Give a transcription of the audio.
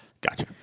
Gotcha